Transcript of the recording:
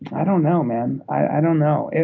i don't know, man, i don't know.